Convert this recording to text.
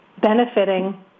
benefiting